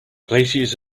glaciers